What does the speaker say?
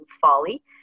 Folly